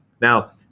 Now